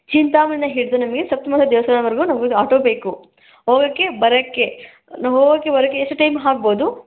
ಚಿಂತಾಮಣಿಯಿಂದ ಹಿಡಿದು ನಮಗೆ ಸಪ್ತಮಾತೆ ದೇವಸ್ಥಾನವರೆಗೂ ನಮ್ಗೊಂದು ಆಟೋ ಬೇಕು ಹೋಗಕ್ಕೆ ಬರಕ್ಕೆ ನಾವು ಹೋಗಕ್ಕೆ ಬರಕ್ಕೆ ಎಷ್ಟು ಟೈಮ್ ಆಗ್ಬಹುದು